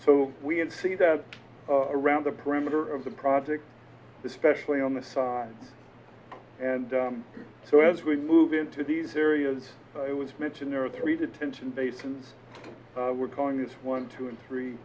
so we can see that around the perimeter of the project especially on the side and so as we move into these areas it was mentioned there are three detention dates and we're calling this one two and three